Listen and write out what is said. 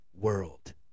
world